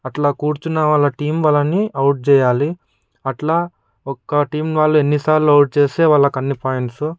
అట్లా కూర్చున్న వాళ్ళ టీం వాళ్ళని అవుట్ చేయాలి అట్లా ఒక్క టీం వాళ్ళు ఎన్నిసార్లు అవుట్ చేస్తే వాళ్లకు అన్ని పాయింట్స్